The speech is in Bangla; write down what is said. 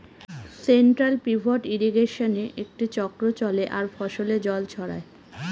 সেন্ট্রাল পিভট ইর্রিগেশনে একটি চক্র চলে আর ফসলে জল ছড়ায়